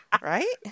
Right